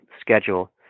schedule